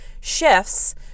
shifts